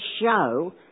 show